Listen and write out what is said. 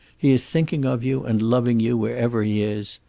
he is thinking of you and loving you, wherever he is.